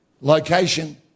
location